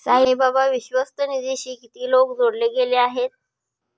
साईबाबा विश्वस्त निधीशी किती लोक जोडले गेले आहेत?